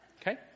Okay